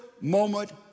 moment